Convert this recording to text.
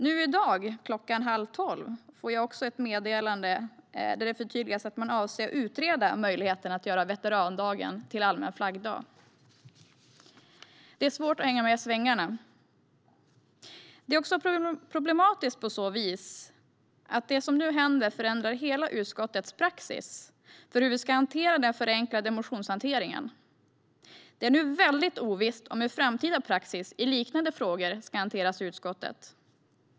Nu i dag klockan halv tolv fick jag ett meddelande där det förtydligades att man avser att utreda möjligheten att göra veterandagen till allmän flaggdag. Det är svårt att hänga med i svängarna. Det är problematiskt att det som nu händer förändrar utskottets hela praxis för den förenklade motionshanteringen. Nu är det mycket ovisst hur framtida praxis i liknande frågor ska hanteras i utskottet.